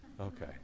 Okay